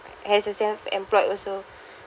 has a self-employed also